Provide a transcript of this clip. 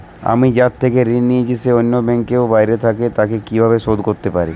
আমি যার থেকে ঋণ নিয়েছে সে অন্য ব্যাংকে ও বাইরে থাকে, তাকে কীভাবে শোধ করতে পারি?